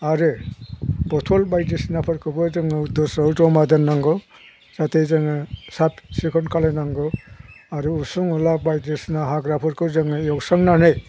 आरो बटल बायदिसिनाफोरखौबो जोङो दस्रायाव जमा दोननांगौ जाहाथे जोङो साब सिखोन खालामनांगौ आरो उसुं उला बायदिसिना हाग्राफोरखौ जोङो एवस्रांनानै